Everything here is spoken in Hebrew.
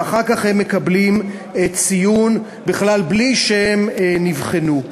ואחר כך הם מקבלים ציון בלי שהם נבחנו בכלל.